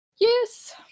Yes